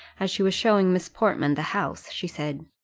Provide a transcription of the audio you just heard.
as she was showing miss portman the house, she said,